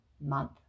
month